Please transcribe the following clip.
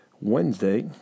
Wednesday